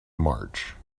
march